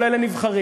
כל אלה נבחרים,